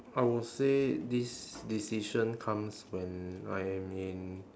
I would say this decision comes when I am in